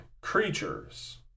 creatures